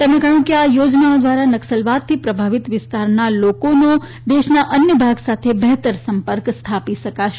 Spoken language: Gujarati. તેમણે કહયું કે આ થોજનાઓ ધ્વારા નકસલવાદ થી પ્રભાવિત વિસ્તારોના લોકોનો દેશના અન્ય ભાગે સાથે બેહતર સંપર્ક સ્થાપી થશે